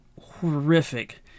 Horrific